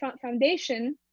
foundation